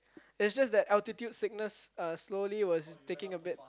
is just that altitude sickness uh slowly was taking a bit